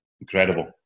Incredible